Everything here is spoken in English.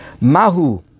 mahu